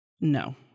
no